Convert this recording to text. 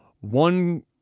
one